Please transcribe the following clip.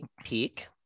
peak